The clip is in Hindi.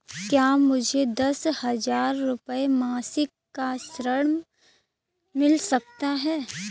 क्या मुझे दस हजार रुपये मासिक का ऋण मिल सकता है?